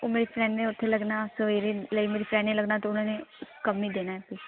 ਉਹ ਮੇਰੀ ਫ੍ਰੈਂਡ ਨੇ ਉੱਥੇ ਲੱਗਣਾ ਸਵੇਰੇ ਲਈ ਮੇਰੇ ਫ੍ਰੈਂਡ ਨੇ ਲੱਗਣਾ ਅਤੇ ਉਹਨਾਂ ਨੇ ਘੱਟ ਹੀ ਦੇਣਾ ਹੈ